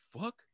fuck